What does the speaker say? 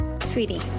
Sweetie